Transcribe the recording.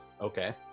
Okay